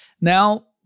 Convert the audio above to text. Now